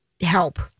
help